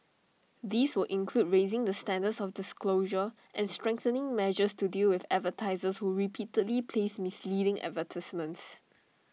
this would include raising the standards of disclosure and strengthening measures to deal with advertisers who repeatedly place misleading advertisements